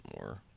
more